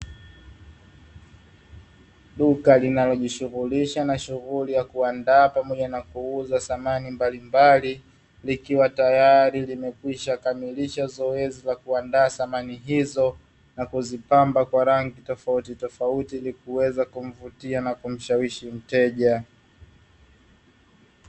Duka linalojishughulisha na shughuli ya kuandaa pamoja na kuuza samani mbalimbali, likiwa tayari limekwisha kamilisha zoezi la kuandaa samani hizo na kuzipamba kwa rangi tofautitofauti ili kuweza kumvutia na kumshawishi mteja.